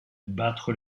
battre